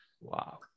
Wow